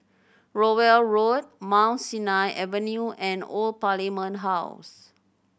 Rowell Road Mount Sinai Avenue and Old Parliament House